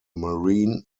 marine